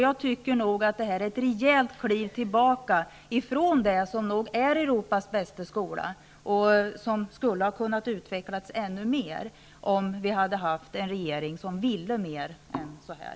Jag tycker att det här är ett rejält kliv tillbaka från det som nog är Europas bästa skola och som skulle kunna utecklas ännu mer, om vi hade en regering som ville mer än så här.